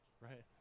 right